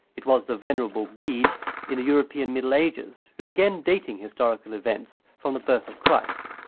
it was the venerable bede in the european middle ages who began dating historical events from the birth of christ.